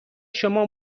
شما